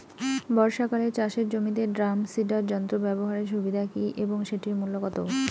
বর্ষাকালে চাষের জমিতে ড্রাম সিডার যন্ত্র ব্যবহারের সুবিধা কী এবং সেটির মূল্য কত?